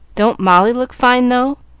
don't molly look fine, though?